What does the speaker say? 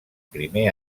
primer